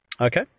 okay